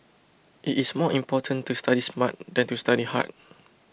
it is more important to study smart than to study hard